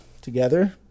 together